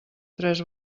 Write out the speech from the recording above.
tres